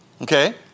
Okay